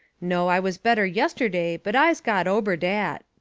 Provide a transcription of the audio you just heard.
no, i was better yesterday, but i'se got ober dat.